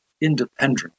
independent